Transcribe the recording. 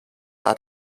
are